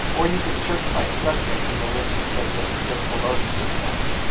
or you can search by subject in the list of subjects just below the search box.